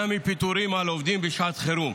-- בשעת חירום.